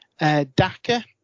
DACA